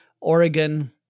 Oregon